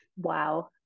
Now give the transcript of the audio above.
Wow